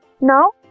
Now